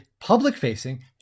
public-facing